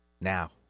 Now